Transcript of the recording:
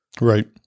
Right